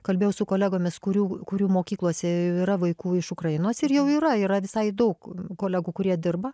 kalbėjau su kolegomis kurių kurių mokyklose jau yra vaikų iš ukrainos ir jau yra yra visai daug kolegų kurie dirba